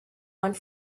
went